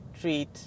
Treat